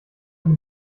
eine